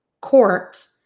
court